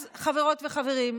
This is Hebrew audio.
אז, חברות וחברים,